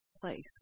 place